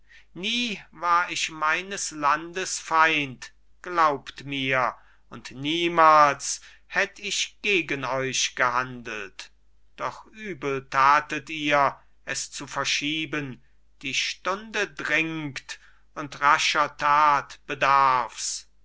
nie war ich meines landes feind glaubt mir und niemals hätt ich gegen euch gehandelt doch übel tatet ihr es zu verschieben die stunde dringt und rascher tat bedarf's